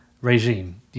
regime